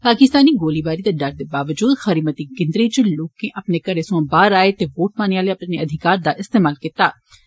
पाकिसतानी गोलाबारी दे डर दे वावजूद खरी मती गिनतरी इच लोक अपने घरें सोयां बाहर आए ते वोट पाने आले अपने अधिकार दा इस्तेमाल कीत्ता